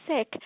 sick